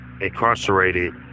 incarcerated